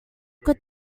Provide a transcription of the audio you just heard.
could